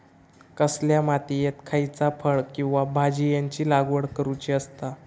कसल्या मातीयेत खयच्या फळ किंवा भाजीयेंची लागवड करुची असता?